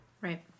Right